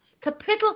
capital